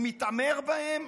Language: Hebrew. הוא מתעמר בהם,